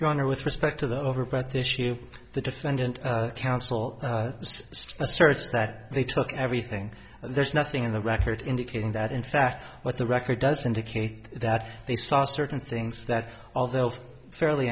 honor with respect to the over breath issue the defendant counsel asserts that they took everything there's nothing in the record indicating that in fact what the record does indicate that they saw certain things that although of fairly